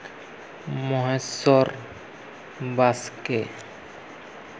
Maheshwar Baske